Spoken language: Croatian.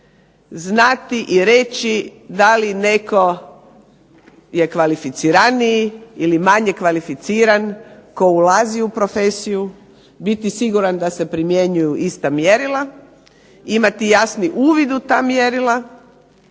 znati i reći da li netko je kvalificiraniji ili manje kvalificiran tko ulazi u profesiju, biti siguran da se primjenjuju ista mjerila, imati jasni uvid u ta mjerila